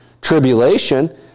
tribulation